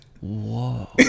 Whoa